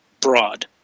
broad